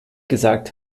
gesagt